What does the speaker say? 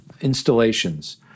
installations